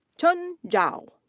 chen zhao.